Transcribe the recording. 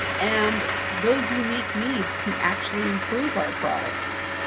and those unique needs can actually improve our products.